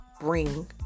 bring